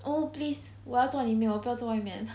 oh please 我要做里面我不要坐外面